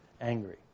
angry